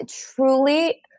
truly